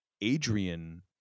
Adrian